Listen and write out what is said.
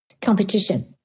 competition